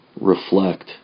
reflect